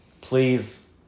Please